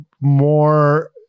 more